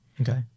okay